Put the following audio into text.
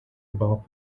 about